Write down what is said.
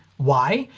why?